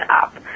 up